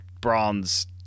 Bronze